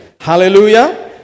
Hallelujah